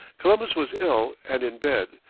columbus was ill and in bed.